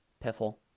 piffle